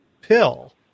pill